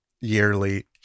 yearly